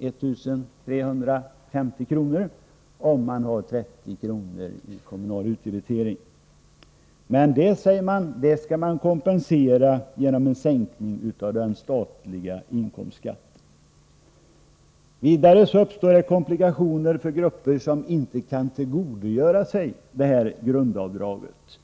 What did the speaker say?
1 350 kr., om den kommunala utdebiteringen är 30 kr. Men det, säger man, skall man kompensera genom en sänkning av den statliga inkomstskatten. Vidare uppstår det komplikationer för grupper som inte kan tillgodogöra sig grundavdraget.